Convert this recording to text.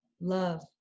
love